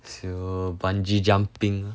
[siol] bungee jumping